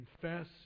confess